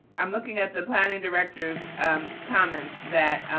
i'm looking at the planning director's um comments that